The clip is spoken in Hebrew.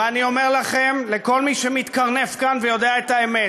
ואני אומר לכם, לכל מי שמתקרנף כאן ויודע את האמת: